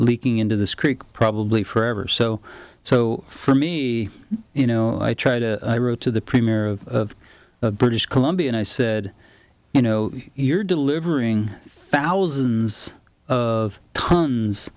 leaking into this creek probably forever so so for me you know i try to to the premier of british columbia and i said you know you're delivering thousands of tons